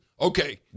Okay